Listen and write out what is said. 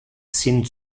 sin